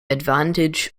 advantage